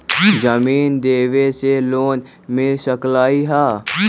जमीन देवे से लोन मिल सकलइ ह?